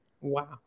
wow